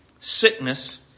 sickness